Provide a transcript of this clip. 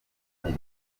iri